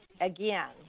again